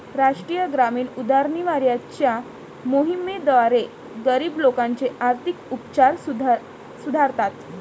राष्ट्रीय ग्रामीण उदरनिर्वाहाच्या मोहिमेद्वारे, गरीब लोकांचे आर्थिक उपचार सुधारतात